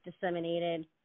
disseminated